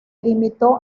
limitó